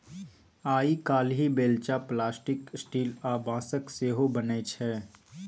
आइ काल्हि बेलचा plastic, steel आ बाँसक सेहो बनै छै